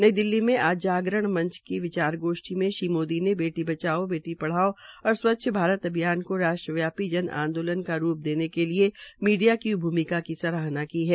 नई दिल्ली में आज जागरण मंच की विचार गोष्ठी में श्री मोदी ने बेटी बचाओ बेटी पढ़ाओ और स्वच्छ भारत अभियान को राष्ट्र व्यापी जन आंदोलन का रूप देने के लिए मीडिया की भूमिका की सराहना की है